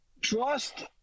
trust